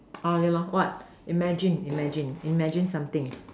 orh ya lor what imagine imagine imagine something